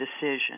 decision